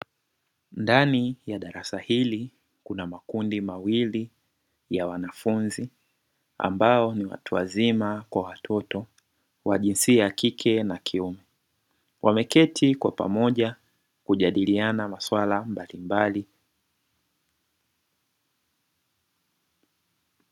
Ndani ya darasa hili kuna makundi mawili ya wanafunzi ambao ni watu wazima kwa watoto, wa jinsia ya kike na kiume. Wameketi kwa pamoja kujadiliana maswala mbalimbali.